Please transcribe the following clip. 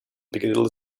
piccadilly